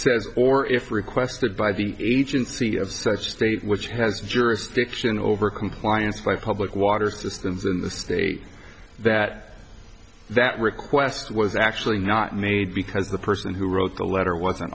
says or if requested by the agency of such a state which has jurisdiction over compliance by public water systems in the state that that request was actually not made because the person who wrote the letter wasn't